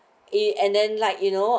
eh and then like you know